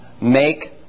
make